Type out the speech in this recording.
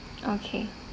okay